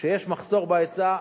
כשיש מחסור בהיצע,